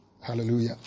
Hallelujah